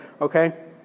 okay